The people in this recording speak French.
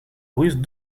russe